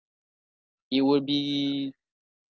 it will be